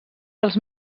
dels